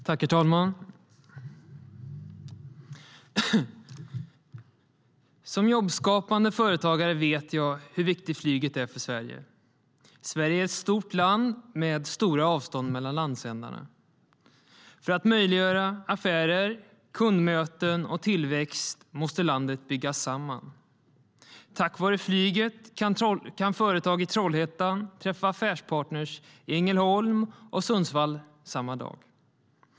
Herr talman! Som jobbskapande företagare vet jag hur viktigt flyget är för Sverige. Sverige är ett stort land med stora avstånd mellan landsändarna. För att möjliggöra affärer, kundmöten och tillväxt måste landet byggas samman. Tack vare flyget kan företag i Trollhättan träffa affärspartner i Ängelholm och Sundsvall samma dag.